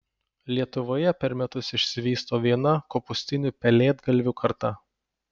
lietuvoje per metus išsivysto viena kopūstinių pelėdgalvių karta